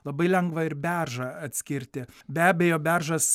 labai lengva ir beržą atskirti be abejo beržas